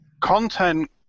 content